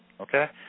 Okay